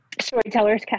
Storytellers